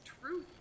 truth